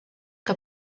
que